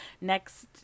next